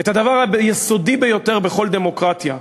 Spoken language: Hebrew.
את הדבר היסודי ביותר בכל דמוקרטיה,